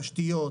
תשתיות,